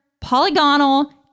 polygonal